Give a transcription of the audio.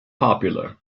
popular